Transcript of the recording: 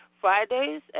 Fridays